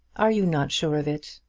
are you not sure of it?